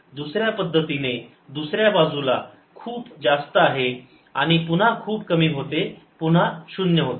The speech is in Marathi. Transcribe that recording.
दुसऱ्या पद्धतीने दुसऱ्या बाजूला खूप जास्त आहे आणि पुन्हा खूप कमी होते पुन्हा शून्य होते